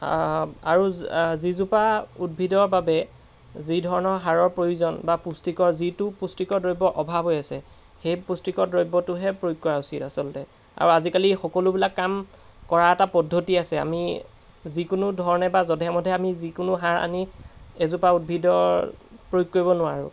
আৰু যিজোপা উদ্ভিদৰ বাবে যি ধৰণৰ সাৰৰ প্ৰয়োজন বা পুষ্টিকৰ যিটো পুষ্টিকৰ দ্ৰব্যৰ অভাৱ হৈ আছে সেই পুষ্টিকৰ দ্ৰব্যটোহে প্ৰয়োগ কৰা উচিত আচলতে আৰু আজিকালি সকলোবিলাক কাম কৰাৰ এটা পদ্ধতি আছে আমি যিকোনো ধৰণে বা যধে মধে আমি যিকোনো সাৰ আনি এজোপা উদ্ভিদৰ প্ৰয়োগ কৰিব নোৱাৰোঁ